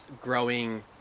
growing